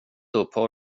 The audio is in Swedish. upphör